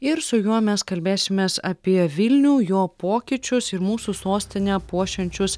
ir su juo mes kalbėsimės apie vilnių jo pokyčius ir mūsų sostinę puošiančius